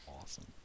awesome